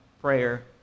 prayer